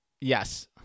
Yes